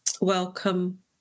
welcome